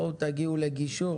בואו תגיעו לגישור,